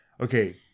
Okay